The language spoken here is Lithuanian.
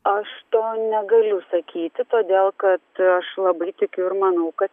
aš to negaliu sakyti todėl kad aš labai tikiu ir manau kad